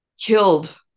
killed